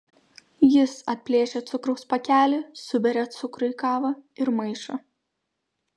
jis atplėšia cukraus pakelį suberia cukrų į kavą ir maišo